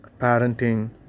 parenting